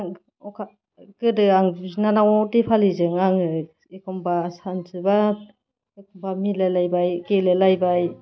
गोदो आं बिनानाव दिपालिजों आङो एखनबा सानसुबा एखनबा मिलायलायबाय गेलेलायबाय